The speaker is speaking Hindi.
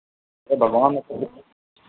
अरे भगवान ना करे